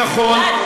נכון,